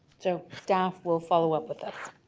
so staff will follow up with us